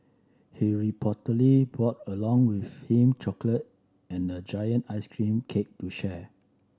he reportedly brought along with him chocolate and a giant ice cream cake to share